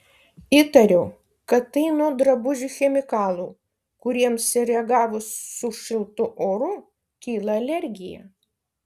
įtariu kad tai nuo drabužių chemikalų kuriems sureagavus su šiltu oru kyla alergija